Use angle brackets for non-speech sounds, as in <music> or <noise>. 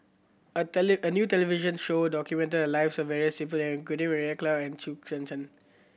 a <unintelligible> a new television show documented the lives of various <unintelligible> including Meira Chand and Chew Kheng Chuan